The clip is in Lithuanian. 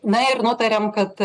na ir nutarėm kad